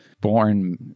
born